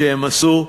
שהם עשו.